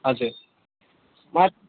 हजुर